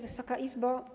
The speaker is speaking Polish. Wysoka Izbo!